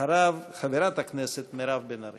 אחריו, חברת הכנסת מירב בן ארי.